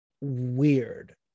weird